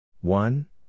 one